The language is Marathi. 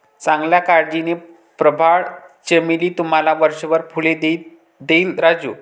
चांगल्या काळजीने, प्रवाळ चमेली तुम्हाला वर्षभर फुले देईल राजू